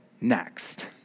next